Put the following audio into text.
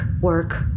work